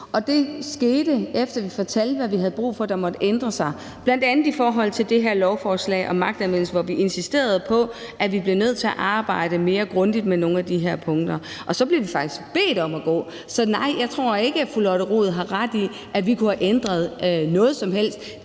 Det skete, efter vi havde fortalte, hvad vi havde brug for måtte ændre sig, bl.a. i forhold til det her lovforslag om magtanvendelse, hvor vi insisterede på, at vi blev nødt til at arbejde mere grundigt med nogle af de her punkter. Og så blev vi faktisk bedt om at gå. Så nej, jeg tror ikke, fru Lotte Rod har ret i, at vi kunne have ændret noget som helst.